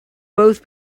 both